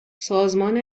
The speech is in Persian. سازمان